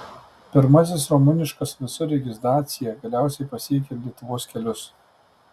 pirmasis rumuniškas visureigis dacia galiausiai pasiekė ir lietuvos kelius